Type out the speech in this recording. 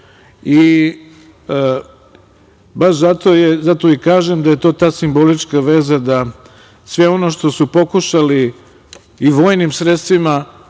zato i kažem da je to ta simbolička veza da sve ono što su pokušali i vojnim sredstvima,